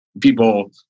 people